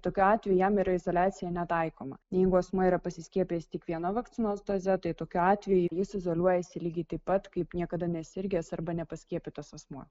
tokiu atveju jam yra izoliacija netaikoma jeigu asmuo yra pasiskiepijęs tik viena vakcinos doze tai tokiu atveju jis izoliuojasi lygiai taip pat kaip niekada nesirgęs arba nepaskiepytas asmuo